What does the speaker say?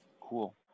cool